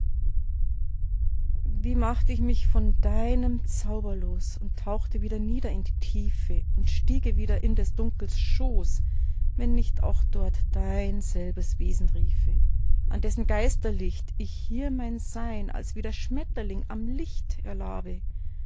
wie macht ich mich von deinem zauber los und tauchte wieder nieder in die tiefe und stiege wieder in des dunkels schoß wenn nicht auch dort dein selbes wesen riefe an dessen geisterlicht ich hier mein sein als wie der schmetterling am licht erlabe